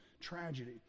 tragedy